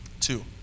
two